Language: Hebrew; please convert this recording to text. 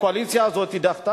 הקואליציה הזאת דחתה.